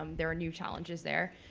um there are new challenges there.